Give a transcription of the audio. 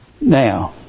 Now